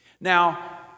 Now